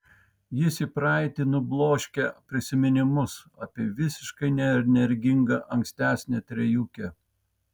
jis į praeitį nubloškia prisiminimus apie visiškai neenergingą ankstesnę trejukę